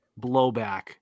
blowback